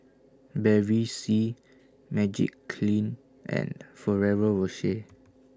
Bevy C Magiclean and Ferrero Rocher